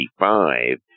55